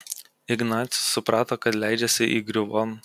ignacius suprato kad leidžiasi įgriuvon